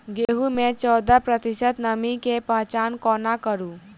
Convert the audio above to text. गेंहूँ मे चौदह प्रतिशत नमी केँ पहचान कोना करू?